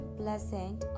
pleasant